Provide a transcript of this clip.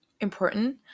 important